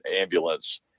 ambulance